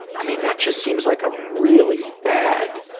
i mean that just seems like a really bad